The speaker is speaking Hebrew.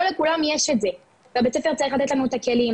לא לכולם יש את זה והבית ספר צריך לתת לנו את הכלים,